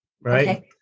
right